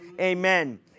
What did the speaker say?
Amen